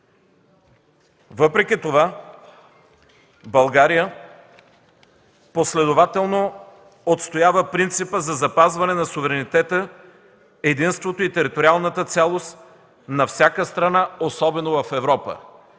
Въпреки това България последователно отстоява принципа за запазване на суверенитета, единството и териториалната цялост на всяка страна, особено в Европа.